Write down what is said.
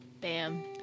Bam